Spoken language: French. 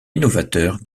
innovateur